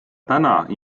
täna